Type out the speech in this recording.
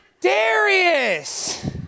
Darius